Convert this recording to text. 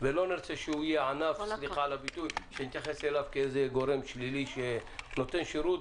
ולא נרצה שנתייחס אליו כגורם שלילי שתמיד נותן שירות